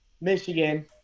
Michigan